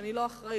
שאני לא אחראית,